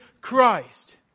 Christ